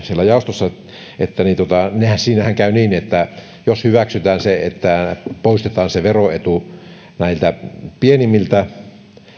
siellä jaostossa että siinähän käy niin että jos hyväksytään se että poistetaan se veroetu näiltä pienimmiltä